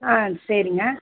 ஆ சரிங்க